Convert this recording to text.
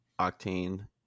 Octane